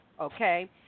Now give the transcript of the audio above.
Okay